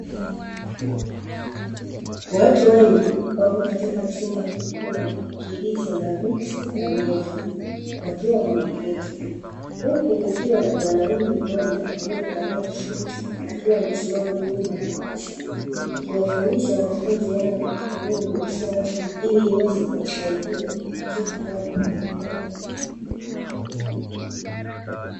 Watu wengi wapo katika chumba kikubwa kilicho na viti na meza wakiwa wameketi, huku kukiwa na mwanaume mmoja aliyevalia suti akiwa amesimama nyuma ya darasa, akiwafundisha wanafunzi hao elimu isiyo rasmi ili iweze kuwasaidia katika mambo mbalimbali.